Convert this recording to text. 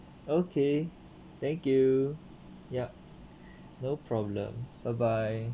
okay thank you yup no problem bye bye